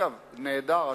נהדר.